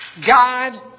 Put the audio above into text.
God